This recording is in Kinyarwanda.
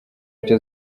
ibyo